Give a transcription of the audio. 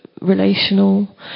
relational